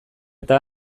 eta